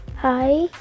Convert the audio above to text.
Hi